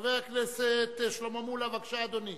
חבר הכנסת שלמה מולה, בבקשה, אדוני.